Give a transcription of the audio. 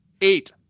eight